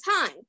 time